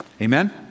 Amen